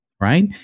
Right